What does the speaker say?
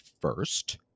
first